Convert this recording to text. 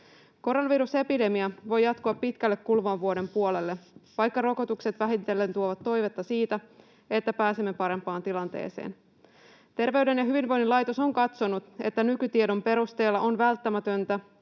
Koronavirusepidemia voi jatkua pitkälle kuluvan vuoden puolelle, vaikka rokotukset vähitellen tuovat toivetta siitä, että pääsemme parempaan tilanteeseen. Terveyden ja hyvinvoinnin laitos on katsonut, että nykytiedon perusteella on välttämätöntä